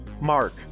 Mark